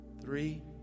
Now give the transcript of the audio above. three